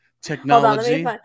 technology